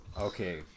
Okay